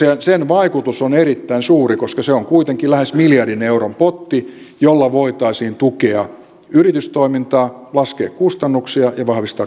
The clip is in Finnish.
mutta sen vaikutus on erittäin suuri koska se on kuitenkin lähes miljardin euron potti jolla voitaisiin tukea yritystoimintaa laskea kustannuksia ja vahvistaa kotimaista ostovoimaa